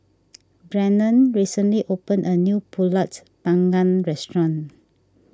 Brannon recently opened a new Pulut Panggang restaurant